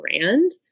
brand